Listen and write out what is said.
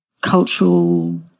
cultural